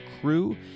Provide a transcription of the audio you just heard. Crew